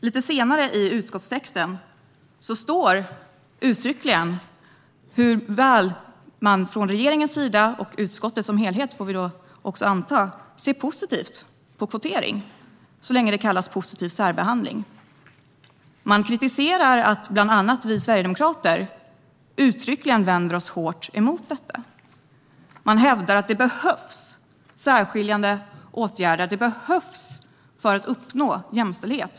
Lite senare i utskottstexten står det uttryckligen hur regeringen, och också utskottet som helhet får man anta, ser positivt på kvotering, så länge det kallas positiv särbehandling. Man kritiserar att bland andra vi sverigedemokrater uttryckligen vänder oss starkt emot detta. Det hävdas att särskiljande åtgärder behövs för att kunna uppnå jämställdhet.